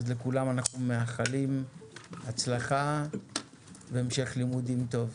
אז לכולם אנחנו מאחלים הצלחה והמשך לימודים טוב.